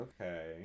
Okay